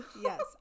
Yes